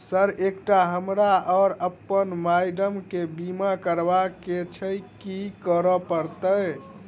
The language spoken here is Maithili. सर एकटा हमरा आ अप्पन माइडम केँ बीमा करबाक केँ छैय की करऽ परतै?